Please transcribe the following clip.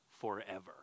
forever